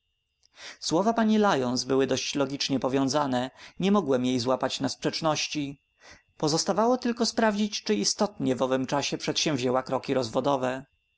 słowa pani lyons były dość logicznie powiązane nie mogłem jej złapać na sprzeczności pozostawało tylko sprawdzić czy istotnie w owym czasie przedsięwzięła kroki rozwodowe